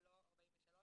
במקום "נתן המשלם"